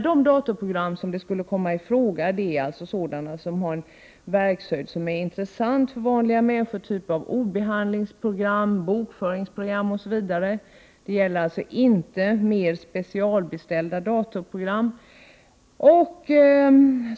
De datorprogram som skulle komma i fråga är sådana som har ett innehåll som är intressant för vanliga människor, t.ex. ordbehandlingsprogram, bokföringsprogram osv. Det gäller alltså inte mer specialbeställda datorprogram.